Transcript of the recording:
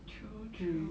true true